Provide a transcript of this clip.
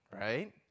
right